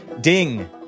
Ding